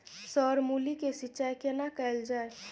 Sir मूली के सिंचाई केना कैल जाए?